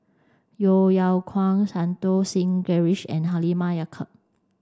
Yeo Yeow Kwang Santokh Singh Grewal and Halimah Yacob